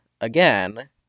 again